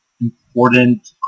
important